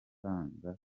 yisanga